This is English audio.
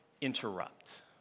interrupt